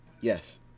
Yes